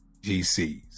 GCs